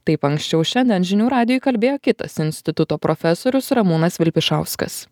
taip anksčiau šiandien žinių radijui kalbėjo kitas instituto profesorius ramūnas vilpišauskas